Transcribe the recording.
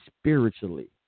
spiritually